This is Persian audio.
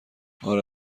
اره